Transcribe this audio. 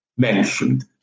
Mentioned